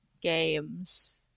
games